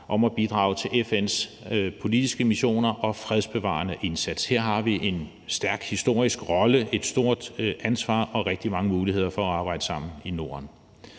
om at bidrage til FN’s politiske missioner og fredsbevarende indsats. Her har vi en stærk historisk rolle, et stort ansvar og rigtig mange muligheder for at arbejde sammen i Norden.